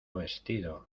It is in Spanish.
vestido